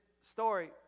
story